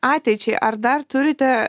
ateičiai ar dar turite